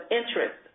interest